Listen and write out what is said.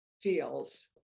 feels